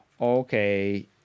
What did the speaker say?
Okay